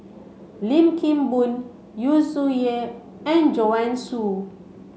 Lim Kim Boon Yu Zhuye and Joanne Soo